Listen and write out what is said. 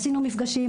עשינו מפגשים,